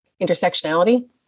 intersectionality